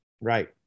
Right